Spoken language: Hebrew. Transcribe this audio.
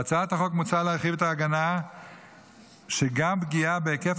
בהצעת החוק מוצע להרחיב את ההגנה כך שגם פגיעה בהיקף